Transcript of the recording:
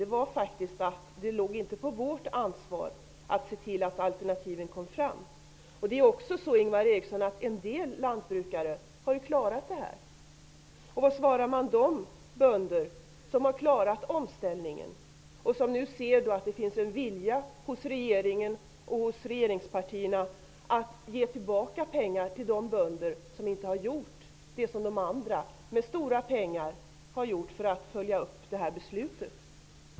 Det innebar att det inte låg på vårt ansvar att se till att alternativen kom fram. En del lantbrukare har klarat detta, Ingvar Eriksson. Vad svarar man de bönder som har klarat omställningen och som nu ser att det finns en vilja hos regeringspartierna att ge tillbaka pengar till de bönder som inte gjort vad de andra, med stora pengar, har gjort för att följa upp omställningsbeslutet?